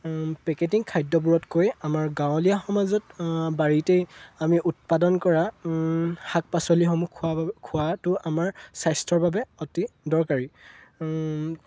packeting খাদ্যবোৰতকৈ আমাৰ গাঁৱলীয়া সমাজত বাৰীতেই আমি উৎপাদন কৰা শাক পাচলিসমূহ খোৱা খোৱাটো আমাৰ স্বাস্থ্যৰ বাবে অতি দৰকাৰী